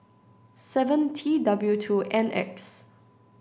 seven T W two N X